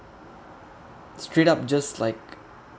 straight up just like